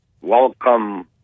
Welcome